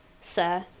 Sir